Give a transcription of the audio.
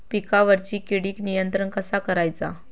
पिकावरची किडीक नियंत्रण कसा करायचा?